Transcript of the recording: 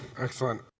Excellent